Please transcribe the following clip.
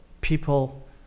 people